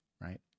right